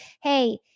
hey